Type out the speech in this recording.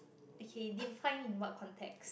okay define in what content